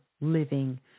living